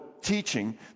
teaching